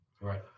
Right